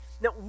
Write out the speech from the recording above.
Now